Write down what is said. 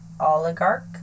oligarch